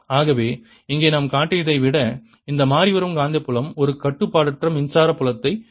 ஆகவே இங்கே நாம் காட்டியதை விட இந்த மாறிவரும் காந்தப்புலம் ஒரு கட்டுப்பாடற்ற மின்சார புலத்தை உருவாக்குகிறது